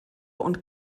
und